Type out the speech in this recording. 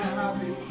happy